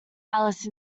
alice